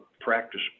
practice